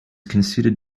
considered